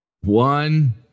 One